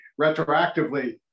retroactively